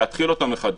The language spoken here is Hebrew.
להתחיל אותם מחדש.